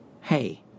hey